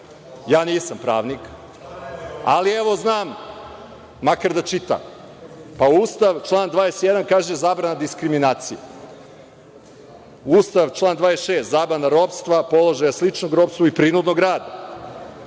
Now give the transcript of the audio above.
Ja nisam pravnik, ali evo, znam makar da čitam. Pa, Ustav član 21. kaže – zabrana diskriminacije, ustav član 26. – zabrana ropstva, položaja sličnog ropstvu i prinudnog rada,